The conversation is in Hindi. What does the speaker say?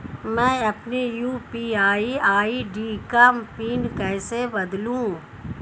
मैं अपनी यू.पी.आई आई.डी का पिन कैसे बदलूं?